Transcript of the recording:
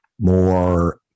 more